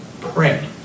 pray